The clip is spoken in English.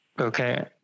okay